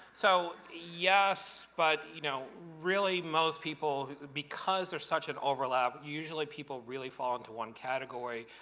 so, yes, but you know, really, most people because they're such an overlap, usually people really fall into one category.